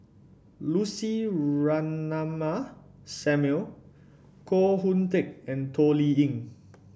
Lucy Ratnammah Samuel Koh Hoon Teck and Toh Liying